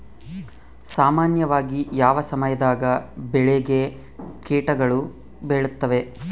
ಸಾಮಾನ್ಯವಾಗಿ ಯಾವ ಸಮಯದಾಗ ಬೆಳೆಗೆ ಕೇಟಗಳು ಬೇಳುತ್ತವೆ?